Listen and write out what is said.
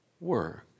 work